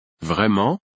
Vraiment